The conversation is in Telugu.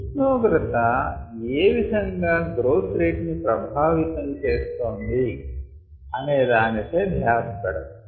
ఉష్ణోగ్రత ఏ విధం గా గ్రోత్ రేట్ ని ప్రభావితం చేస్తోంది అనే దానిపై ధ్యాస పెడదాం